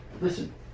Listen